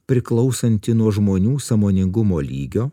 priklausanti nuo žmonių sąmoningumo lygio